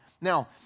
Now